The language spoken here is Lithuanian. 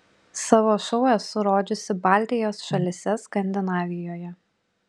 savo šou esu rodžiusi baltijos šalyse skandinavijoje